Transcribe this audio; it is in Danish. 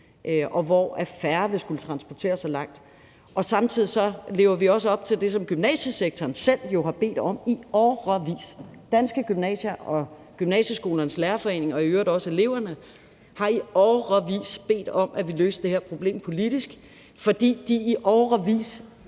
og hvor færre vil skulle transportere sig langt, og samtidig lever vi jo også op til det, som gymnasiesektoren selv har bedt om i årevis. Danske Gymnasier og Gymnasieskolernes Lærerforening og i øvrigt også eleverne har i årevis bedt om, at vi løste det her problem politisk, fordi de i årevis